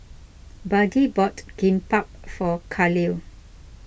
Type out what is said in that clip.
Buddie bought Kimbap for Khalil